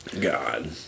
God